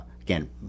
Again